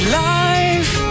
life